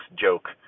joke